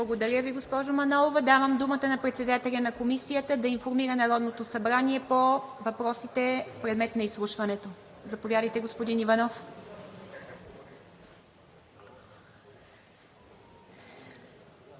Благодаря Ви, госпожо Манолова. Давам думата на председателя на Комисията да информира Народното събрание по въпросите – предмет на изслушването. Заповядайте, господин Иванов,